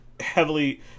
heavily